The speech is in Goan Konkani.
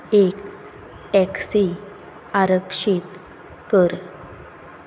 एक टॅक्सी आरक्षीत कर